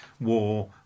war